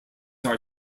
are